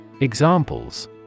Examples